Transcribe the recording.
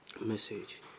Message